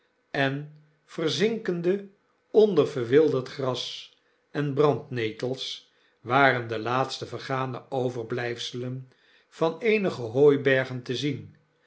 en verzinkende onder verwilderd gras en brandnetels waren de iaatste vergane overbljjfselen van eenige hooibergen te zien